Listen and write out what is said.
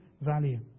value